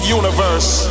universe